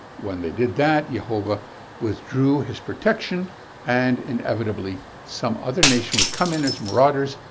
when they did that, yehovah withdrew his protection and inevitably some other nation would come in as marauders,